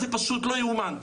זה פשוט לא יאומן.